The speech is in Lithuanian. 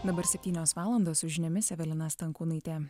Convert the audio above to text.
dabar septynios valandos su žiniomis evelina stankūnaitė